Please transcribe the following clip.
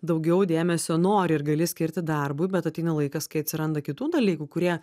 daugiau dėmesio nori ir gali skirti darbui bet ateina laikas kai atsiranda kitų dalykų kurie